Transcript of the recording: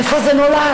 איפה זה נולד?